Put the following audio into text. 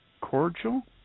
cordial